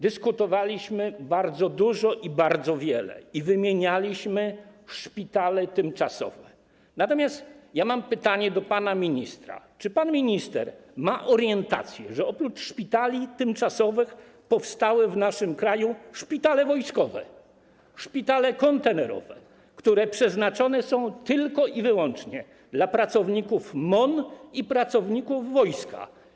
Dyskutowaliśmy bardzo dużo, bardzo wiele i wymienialiśmy szpitale tymczasowe, natomiast mam pytanie do pana ministra: Czy pan minister orientuje się, że oprócz szpitali tymczasowych powstały w naszym kraju szpitale wojskowe, szpitale kontenerowe, które przeznaczone są tylko i wyłącznie dla pracowników MON i pracowników wojska?